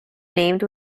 named